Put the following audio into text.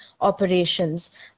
operations